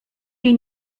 jej